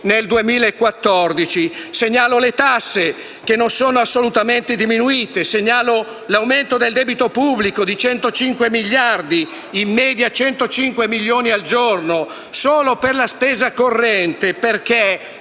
nel 2014. Segnalo le tasse che non sono assolutamente diminuite. Segnalo l'aumento del debito pubblico di 105 miliardi, in media 105 milioni al giorno, solo per la spesa corrente.